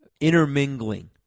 intermingling